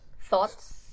thoughts